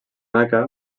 meca